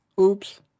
oops